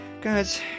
Guys